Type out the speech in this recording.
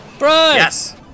Yes